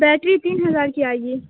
battery تین ہزار کی آئے گی